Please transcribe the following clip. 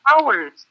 hours